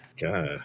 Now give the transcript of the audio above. God